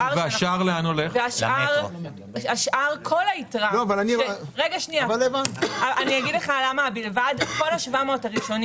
השאר, כל היתרה, כל 700 מיליון השקלים הראשונים